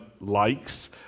likes